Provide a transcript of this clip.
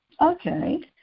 Okay